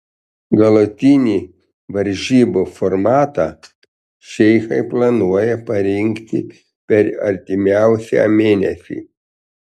galutinį varžybų formatą šeichai planuoja parinkti per artimiausią mėnesį